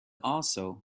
also